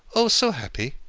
oh! so happy,